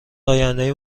آیندهای